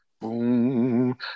boom